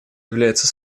является